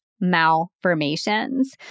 malformations